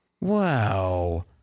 Wow